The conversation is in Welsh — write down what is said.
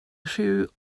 rhyw